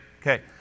okay